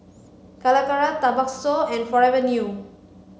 Calacara Tabasco and Forever New